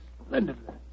splendidly